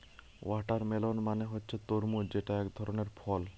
watermelon মানে হচ্ছে তরমুজ যেটা একধরনের ফল